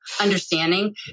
understanding